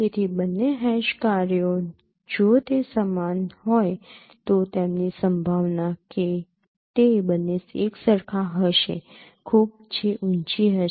તેથી બંને હેશ કાર્યો જો તે સમાન હોય તો તેમની સંભાવના કે તે બંને એકસરખા હશે ખૂબ જે ઊંચી હશે